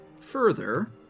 further